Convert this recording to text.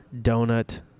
donut